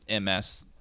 MS